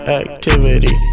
activity